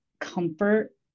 comfort